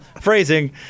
phrasing